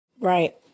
right